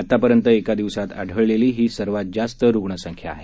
आतापर्यंत एका दिवसात आढळलेली सर्वात जास्त रुग्णसंख्या आहे